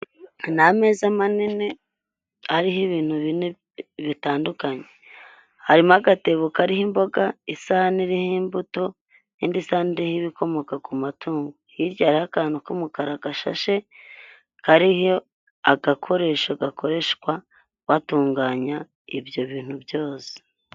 Ni ameza manini ariho ibintu bine bitandukanye harimo agatebo kariho imboga isahani iriho imbuto indi sahani iriho ibikomoka ku matungo hirya hariho akantu k'umukara gashashe kariho agakoresho gakoreshwa batunganya ibyo bintu byose.